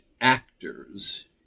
actors